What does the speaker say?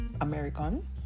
American